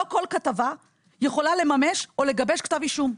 לא כל כתבה יכולה לממש או לגבש כתב אישום.